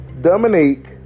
Dominique